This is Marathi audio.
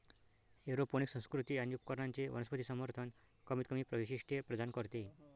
एरोपोनिक संस्कृती आणि उपकरणांचे वनस्पती समर्थन कमीतकमी वैशिष्ट्ये प्रदान करते